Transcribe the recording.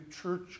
church